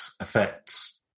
effects